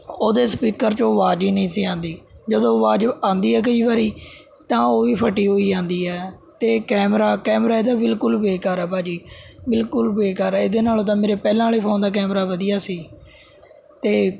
ਉਹਦੇ ਸਪੀਕਰ ਵਿੱਚੋਂ ਆਵਾਜ਼ ਹੀ ਨਹੀਂ ਸੀ ਆਉਂਦੀ ਜਦੋਂ ਆਵਾਜ਼ ਆਉਂਦੀ ਹੈ ਕਈ ਵਾਰੀ ਤਾਂ ਉਹ ਵੀ ਫਟੀ ਹੋਈ ਆਉਂਦੀ ਹੈ ਅਤੇ ਕੈਮਰਾ ਕੈਮਰਾ ਇਹਦਾ ਬਿਲਕੁਲ ਬੇਕਾਰ ਹੈ ਭਾਅ ਜੀ ਬਿਲਕੁਲ ਬੇਕਾਰ ਹੈ ਇਹਦੇ ਨਾਲੋਂ ਤਾਂ ਮੇਰੇ ਪਹਿਲਾਂ ਵਾਲੇ ਫੋਨ ਦਾ ਕੈਮਰਾ ਵਧੀਆ ਸੀ ਅਤੇ